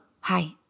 Hi